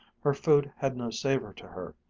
her food had no savor to her.